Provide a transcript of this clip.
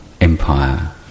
Empire